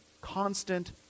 constant